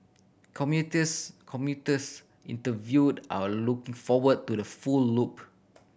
commuters commuters interviewed are looking forward to the full loop